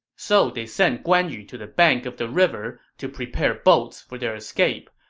so they sent guan yu to the bank of the river to prepare boats for their escape,